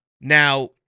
Now